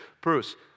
Bruce